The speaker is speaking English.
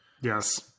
Yes